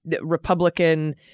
Republican